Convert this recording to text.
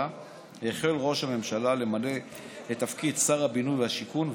החל ראש הממשלה למלא את תפקיד שר הבינוי והשיכון,